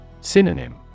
Synonym